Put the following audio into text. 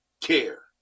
care